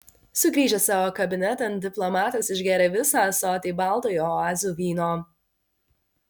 sugrįžęs savo kabinetan diplomatas išgėrė visą ąsotį baltojo oazių vyno